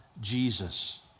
Jesus